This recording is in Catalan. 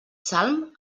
salm